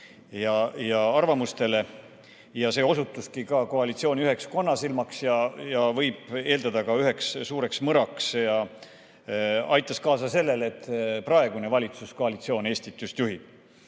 ja arvamuste tõttu. Ja see osutuski kogu koalitsiooni üheks konnasilmaks ja võib eeldada, et ka üheks suureks mõraks, mis aitas kaasa sellele, et praegune valitsuskoalitsioon Eestit juhib.